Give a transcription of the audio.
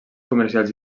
comercials